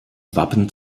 wappen